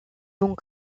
vont